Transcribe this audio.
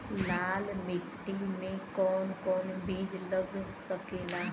लाल मिट्टी में कौन कौन बीज लग सकेला?